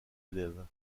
élèves